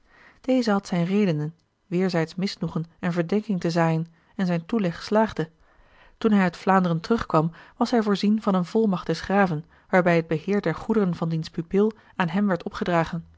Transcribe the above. deze had zijne redenen weêrzijds misnoegen en verdenking te zaaien en zijn toeleg slaagde toen hij uit vlaanderen terugkwam was hij voorzien van eene volmacht des graven waarbij het beheer der goederen van diens pupil aan hem werd opgedragen